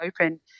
open